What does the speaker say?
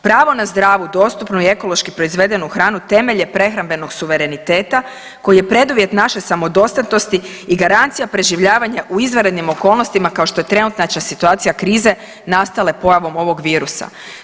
Pravo na zdravu, dostupnu i ekološki proizvedenu hranu temelj je prehrambenog suvereniteta koji je preduvjet naše samodostatnosti i garancija preživljavanja u izvanrednim okolnostima kao što je trenutačna situacija krize nastale pojavom ovog virusa.